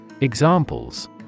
Examples